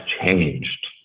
changed